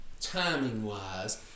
timing-wise